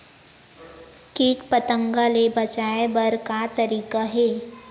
कीट पंतगा ले बचाय बर का तरीका हे?